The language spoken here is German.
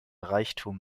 reichtum